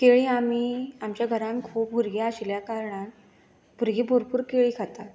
केळीं आमी आमच्या घरान खूब भुरगीं आशिल्या कारणान भुरगीं भरपूर केळीं खातात